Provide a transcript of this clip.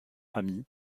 amis